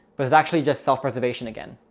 but it's actually just self preservation again.